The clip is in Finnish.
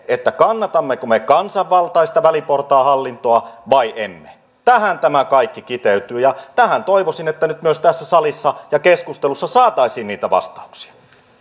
että kannatammeko me kansanvaltaista väliportaan hallintoa vai emme tähän tämä kaikki kiteytyy ja tähän toivoisin että nyt myös tässä salissa ja keskustelussa saataisiin niitä vastauksia